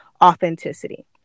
authenticity